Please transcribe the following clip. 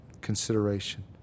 consideration